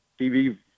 TV